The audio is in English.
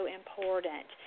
important